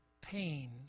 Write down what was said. pain